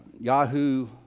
Yahoo